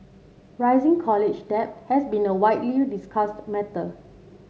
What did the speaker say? rising college debt has been a widely discussed matter